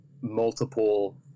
multiple